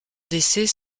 décès